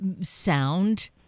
sound